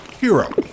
Hero